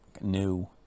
new